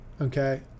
okay